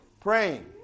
praying